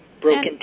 Broken